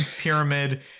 pyramid